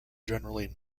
generally